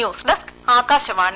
news desk Akashvani